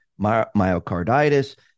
myocarditis